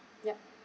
ya